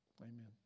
amen